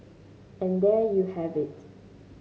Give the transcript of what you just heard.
and there you have it